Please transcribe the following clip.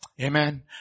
Amen